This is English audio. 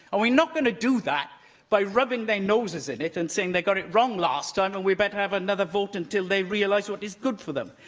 and we're not going to do that by rubbing their noses in it and saying they got it wrong last time and we'd better have another vote until they realise what is good for them.